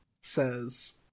says